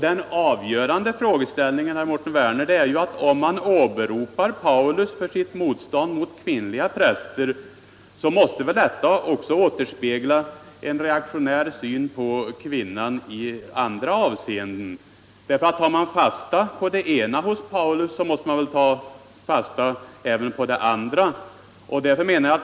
Den avgörande frågeställningen, Mårten Werner, måste vara att ett åberopande av Paulus som skäl för motstånd mot kvinnliga präster också måste återspegla en reaktionär syn på kvinnan i andra avseenden. Tar man fasta på det ena hos Paulus, måste man ta fasta även på det andra.